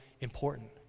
important